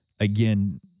Again